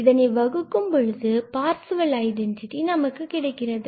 இதனை வகுக்கும் பொழுது நம்மிடம் பார்சவெல் ஐடென்டிட்டி கிடைக்கிறது